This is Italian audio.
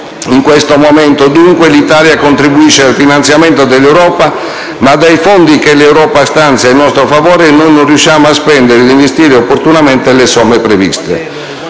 In questo momento, dunque, l'Italia contribuisce ai finanziamento dell'Europa ma dai fondi che l'Europa stanzia in nostro favore noi non riusciamo a spendere ed investire opportunamente le somme previste.